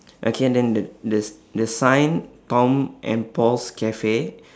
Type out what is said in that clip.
okay then the the s~ the sign tom and paul's cafe